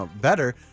better